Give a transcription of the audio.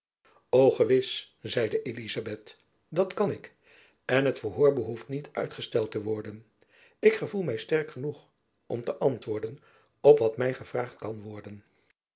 gewis zeide elizabeth dat kan ik en jacob van lennep elizabeth musch het verhoor behoeft niet uitgesteld te worden ik gevoel my sterk genoeg om te antwoorden op wat my gevraagd kan worden